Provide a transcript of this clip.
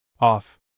Off